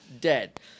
dead